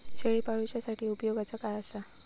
शेळीपाळूसाठी उपयोगाचा काय असा?